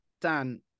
Dan